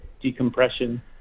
decompression